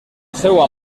seua